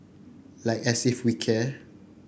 like as if we care